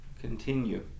continue